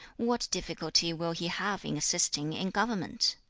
what difficulty will he have in assisting in government?